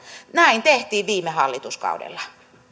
näin tehtiin viime hallituskaudella